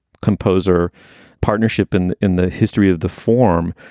composer partnership. and in the history of the form,